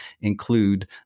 include